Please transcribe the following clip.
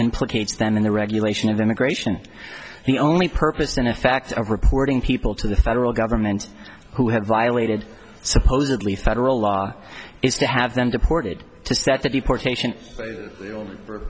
implicates them in the regulation of immigration the only purpose in effect reporting people to the federal government who have violated supposedly federal law is to have them deported to set the deportation